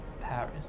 Paris